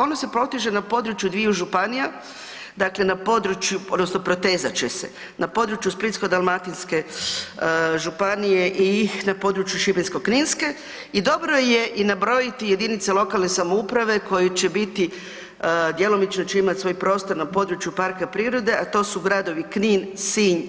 Ono se proteže na području dviju županija, dakle, na području, odnosno protezat se, na području Splitsko-dalmatinske županije i na području Šibensko-kninske i dobro je, i nabrojiti i jedinice lokalne samouprave koje će biti djelomično će imati svoj prostor na području parka prirode, a to su gradovi Knin, Sinj,